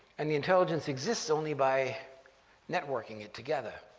and the intelligence exists only by networking it together.